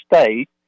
state